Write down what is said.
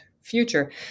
future